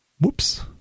Whoops